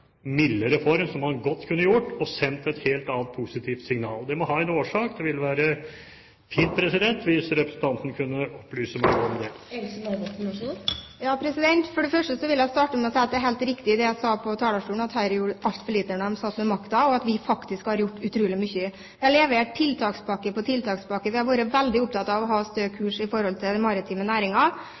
mildere form, som man godt kunne gjort – og dermed sendt et helt annet, positivt signal? Det må ha en årsak. Det ville være fint hvis representanten kunne opplyse meg om det. Jeg vil starte med å si at det er helt riktig det jeg sa på talerstolen, at Høyre gjorde altfor lite da de satt med makten, og at vi faktisk har gjort utrolig mye. Vi har levert tiltakspakke på tiltakspakke. Vi har vært veldig opptatt av å ha stø kurs i forhold til den maritime